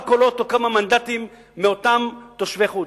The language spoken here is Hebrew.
קולות או כמה מנדטים מאותם תושבי חוץ.